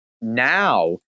now